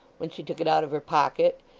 when she took it out of her pocket,